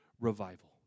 revival